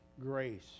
grace